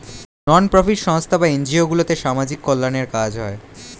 নন profit সংস্থা বা NGO গুলোতে সামাজিক কল্যাণের কাজ হয়